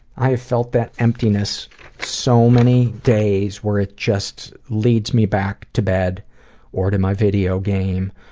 i felt that emptiness so many days where it just leads me back to bed or to my video game.